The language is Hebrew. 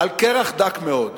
על קרח דק מאוד.